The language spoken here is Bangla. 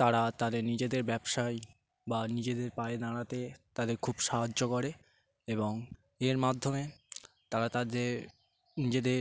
তারা তাদের নিজেদের ব্যবসায় বা নিজেদের পায়ে দাঁড়াতে তাদের খুব সাহায্য করে এবং এর মাধ্যমে তারা তাদের নিজেদের